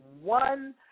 one